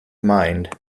mind